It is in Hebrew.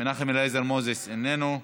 מנחם אליעזר מוזס, איננו,